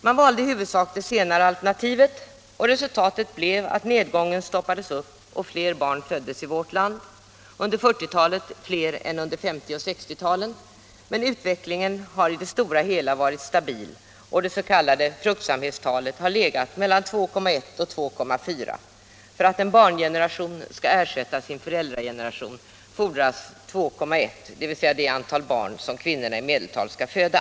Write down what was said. Man valde i huvudsak det senare alternativet, och resultatet blev att nedgången stoppades upp och fler barn föddes i vårt land — under 1940-talet fler än under 1950 och 1960-talen. Men utvecklingen har i det stora hela varit stabil och det s.k. fruktsamhetstalet har legat mellan 2,1 och 2,4. För att en barngeneration skall ersätta sin föräldrageneration fordras 2,1, dvs. det antal barn som kvinnorna i medeltal skall föda.